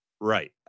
Right